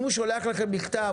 אם הוא שולח לכם מכתב,